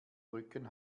rücken